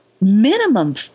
minimum